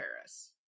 Paris